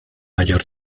mayor